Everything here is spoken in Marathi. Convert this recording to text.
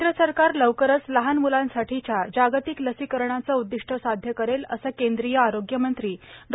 केंद्र सरकार लवकरच लहान मुलांसाठीच्या जागतिक लसिकरणाचं उद्दिष्ट साध्य करेल असं केंद्रीय आरोग्यमंत्री डॉ